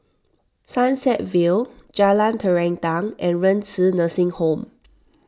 Sunset Vale Jalan Terentang and Renci Nursing Home